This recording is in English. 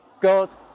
God